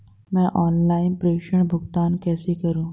मैं ऑनलाइन प्रेषण भुगतान कैसे करूँ?